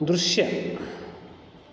ದೃಶ್ಯ